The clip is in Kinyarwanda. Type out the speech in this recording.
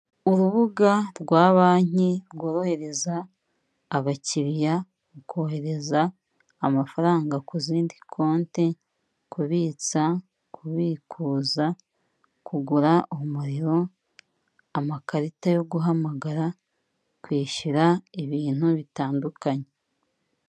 Urubuga rwa Banki rworohereza abakiriya kohereza amafaranga ku zindi konti, kubitsa kubikuza, kugura umuriro, amakarita yo guhamagara, kwishyura ibintu bitandukanye.